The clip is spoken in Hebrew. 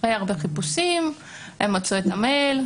אחרי הרבה חיפושים הם מצאו את המייל,